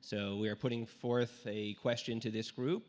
so we're putting forth a question to this group